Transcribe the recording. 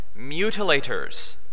mutilators